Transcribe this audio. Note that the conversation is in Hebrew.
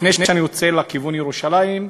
לפני שאני יוצא לכיוון ירושלים,